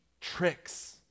tricks